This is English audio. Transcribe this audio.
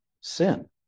sin